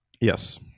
Yes